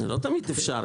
זה לא תמיד אפשר.